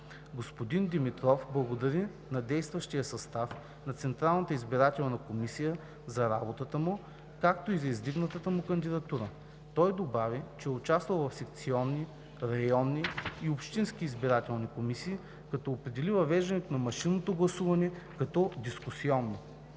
Господин Димитров благодари на действащия състав на Централната избирателна комисия за работата му, както и за издигнатата му кандидатура. Той добави, че е участвал в секционни, районни и общински избирателни комисии, като определи въвеждането на машинното гласуване като дискусионно.